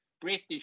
British